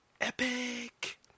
epic